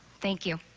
thank you.